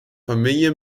familie